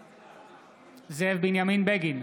בעד זאב בנימין בגין,